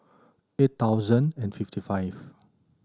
eight thousand and fifty five